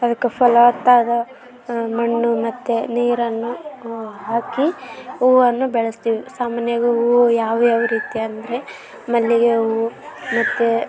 ಅದಕ್ಕೆ ಫಲವತ್ತಾದ ಮಣ್ಣು ಮತ್ತು ನೀರನ್ನು ಹಾಕಿ ಹೂವನ್ನು ಬೆಳೆಸ್ತೀವಿ ಸಾಮಾನ್ಯವಾಗಿ ಹೂವು ಯಾವ್ಯಾವ ರೀತಿ ಅಂದರೆ ಮಲ್ಲಿಗೆ ಹೂವು ಮತ್ತು